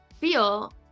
feel